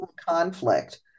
conflict